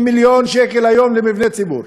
ואומרים: יש לכם 850 מיליון שקל היום למבני ציבור,